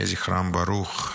יהי זכרם ברוך.